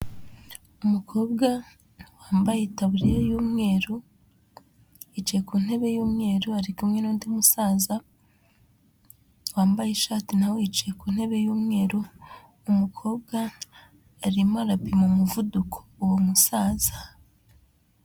Umukobwa wambaye itaburiya y'umweru, yicaye ku ntebe y'umweru, ari kumwe n'undi musaza, wambaye ishati nawe yicaye ku ntebe y'umweru, umukobwa arimo arapima umuvuduko uwo musaza.